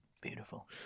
Beautiful